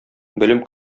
белем